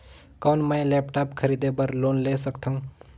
कौन मैं लेपटॉप खरीदे बर लोन ले सकथव?